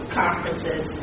conferences